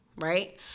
right